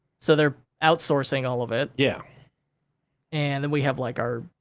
so they're outsourcing all of it. yeah and then, we have, like, our